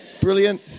brilliant